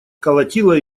колотила